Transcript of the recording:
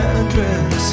address